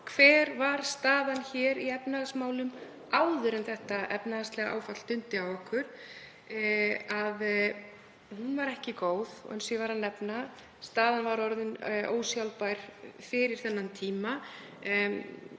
hver staðan var hér í efnahagsmálum áður en þetta efnahagslega áfall dundi á okkur. Hún var ekki góð eins og ég var að nefna. Staðan var orðin ósjálfbær fyrir þennan tíma.